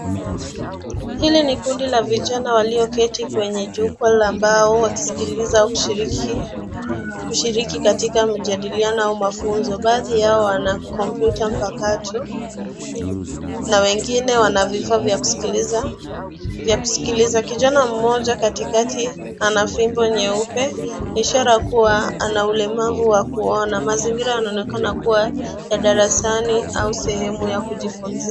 Hili ni kundi la vijana walioketi kwenye jukwaa la mbao wakisikiliza au kushiriki katika majadiliano au mafunzo. Baadhi yao wana kompyuta mpakato, na wengine wana vifaa vya kusikiliza . Kijana mmoja katikati ana fimbo nyeupe ishara kuwa ana ulemavu wa kuona. Mazingira yanaonekana kuwa ya darasani au sehemu ya kujifunzia.